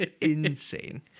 insane